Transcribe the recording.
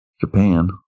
Japan